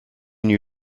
knew